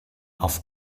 auf